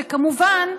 וכמובן,